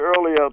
earlier